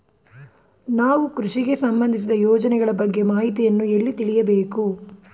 ನಾವು ಕೃಷಿಗೆ ಸಂಬಂದಿಸಿದ ಯೋಜನೆಗಳ ಬಗ್ಗೆ ಮಾಹಿತಿಯನ್ನು ಎಲ್ಲಿ ತಿಳಿಯಬೇಕು?